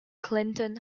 clinton